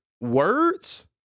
words